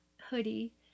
hoodie